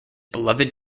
beloved